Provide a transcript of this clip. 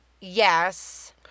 Yes